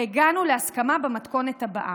והגענו להסכמה במתכונת הבאה: